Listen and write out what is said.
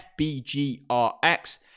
FBGRX